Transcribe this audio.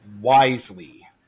wisely